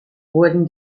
wurden